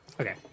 Okay